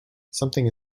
something